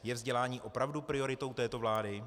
Je vzdělání opravdu prioritou této vlády?